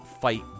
fight